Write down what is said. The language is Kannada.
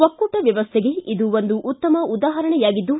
ಒಕ್ಕೂಟ ವ್ಯವಸ್ಥೆಗೆ ಇದು ಒಂದು ಉತ್ತಮ ಉದಾಹರಣೆಯಾಗಿದ್ದು